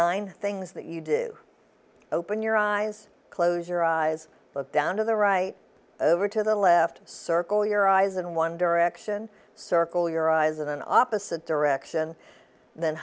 nine things that you do open your eyes close your eyes look down to the right over to the left circle your eyes in one direction circle your eyes in an opposite direction